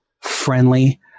friendly